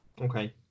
Okay